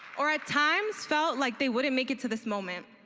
or at times felt like they wouldn't make it to this moment.